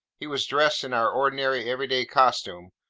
he was dressed in our ordinary everyday costume,